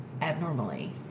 abnormally